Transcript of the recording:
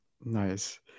nice